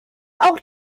auch